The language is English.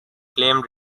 claimed